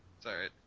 Sorry